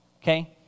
Okay